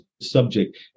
subject